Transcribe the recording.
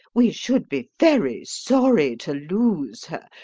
we should be very sorry to lose her,